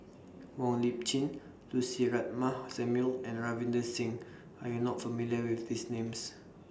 Wong Lip Chin Lucy Ratnammah Samuel and Ravinder Singh Are YOU not familiar with These Names